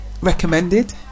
recommended